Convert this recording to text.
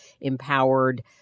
empowered